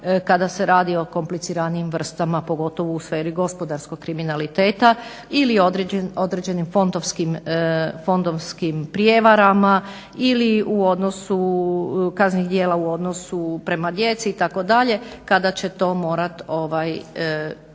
kada se radi o kompliciranijim vrstama pogotovo u sferi gospodarskog kriminaliteta ili određenim fondovskim prijevarama ili u odnosu kaznenih djela u odnosu prema djeci itd., kada će to morat i